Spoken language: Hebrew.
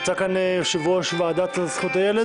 נמצא כאן יושב-ראש הוועדה לזכויות הילד?